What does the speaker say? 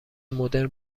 مدرن